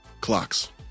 Clocks